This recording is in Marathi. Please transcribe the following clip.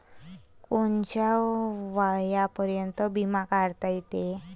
कोनच्या वयापर्यंत बिमा काढता येते?